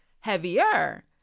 heavier